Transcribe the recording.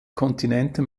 kontinente